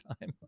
time